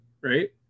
right